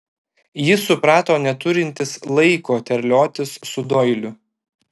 jis suprato neturintis laiko terliotis su doiliu